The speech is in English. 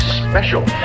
special